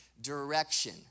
direction